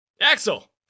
Axel